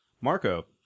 marco